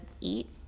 eat